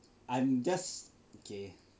I'm just okay